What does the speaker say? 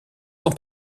son